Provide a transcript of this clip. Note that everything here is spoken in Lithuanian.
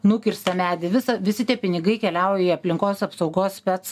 nukirstą medį visą visi tie pinigai keliauja į aplinkos apsaugos spec